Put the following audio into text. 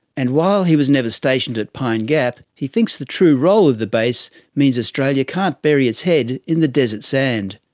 and, while he was never stationed at pine gap, he thinks the true role of the base means australia can't bury its head in the desert sand.